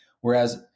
Whereas